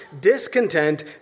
discontent